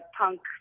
punk